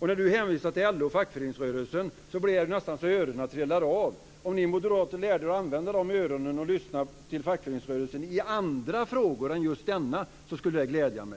Ola Karlsson hänvisade till LO och fackföreningsrörelsen. Det var nästan så öronen trillade av. Om ni moderater lärde er att använda era öron och lyssna till fackföreningsrörelsen i andra frågor än just denna, skulle det glädja mig.